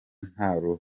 nta